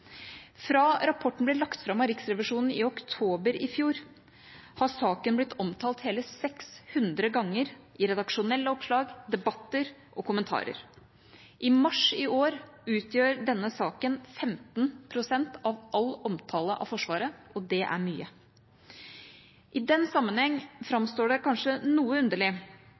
Fra rapporten ble lagt fram av Riksrevisjonen i oktober i fjor, har saken blitt omtalt hele 600 ganger i redaksjonelle oppslag, debatter og kommentarer. I mars i år utgjør denne saken 15 pst. av all omtale av Forsvaret, og det er mye. I den sammenheng framstår det kanskje noe underlig